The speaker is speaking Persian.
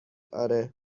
آره